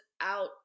out